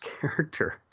character